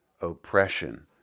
oppression